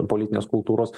politinės kultūros